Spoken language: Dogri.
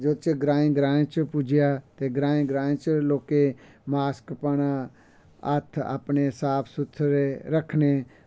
जेह्दे च ग्राएं ग्राएं च पुज्जेआ ते ग्राएं ग्राएं च लोकें मास्क पाना हतथ अपने साफ सुथरे रक्खने